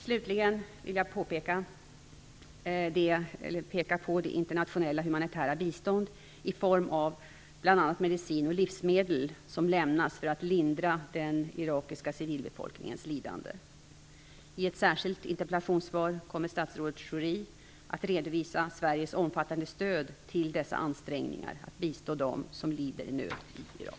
Slutligen vill jag peka på det internationella humanitära bistånd i form av bl.a. medicin och livsmedel som lämnas för att lindra den irakiska civilbefolkningens lidande. I ett särskilt interpellationssvar kommer statsrådet Schori att redovisa Sveriges omfattande stöd till dessa ansträngningar att bistå dem som lider nöd i Irak.